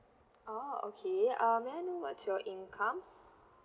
oh okay err may I know what's your income